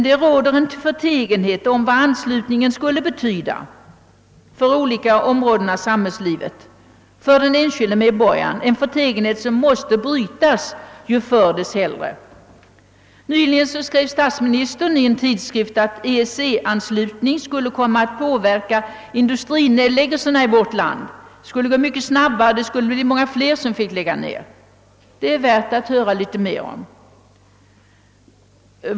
Det råder förtegenhet om vad anslutningen kan komma att betyda för olika områden av samhällslivet och för den enskilde medborgaren. Den förtegenheten måste brytas, ju förr dess hellre. Statsministern uttalade nyligen i en tidskrift att en EEC-anslutning skulle påverka industrinedläggelserna i vårt land. De skulle ske mycket snabbare än hittills, och många fler företag skulle bli tvingade att avveckla. Det vore värt att höra litet mer om den saken.